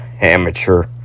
amateur